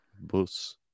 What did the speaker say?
Bus